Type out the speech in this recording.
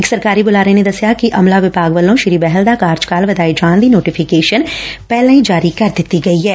ਇਕ ਸਰਕਾਰੀ ਬੁਲਾਰੇ ਨੇ ਦਸਿਆ ਕਿ ਅਮਲਾ ਵਿਭਾਗ ਵੱਲੋਂ ਸ੍ਰੀ ਬਹਿਲ ਦਾ ਕਾਰਜਕਾਲ ਵਧਾਏ ਜਾਣ ਦੀ ਨੋਟੀਫਿਕੇਸ਼ਨ ਪਹਿਲਾਂ ਹੀ ਜਾਰੀ ਕਰ ਦਿੱਤੀ ਗਈ ਐ